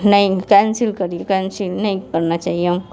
नहीं कैंसिल करिये कैंसिल नहीं करना चाहिए